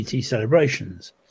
celebrations